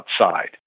outside